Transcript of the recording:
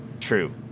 True